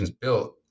built